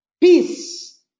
peace